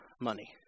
money